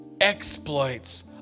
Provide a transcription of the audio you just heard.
exploits